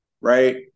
right